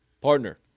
partner